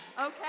Okay